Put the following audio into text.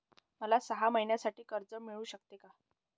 मला सहा महिन्यांसाठी कर्ज मिळू शकते का?